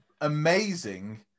amazing